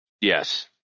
yes